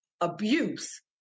abuse